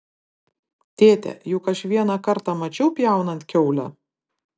tėte juk aš vieną kartą mačiau pjaunant kiaulę